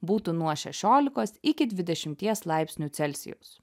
būtų nuo šešiolikos iki dvidešimties laipsnių celsijaus